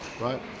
right